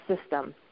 system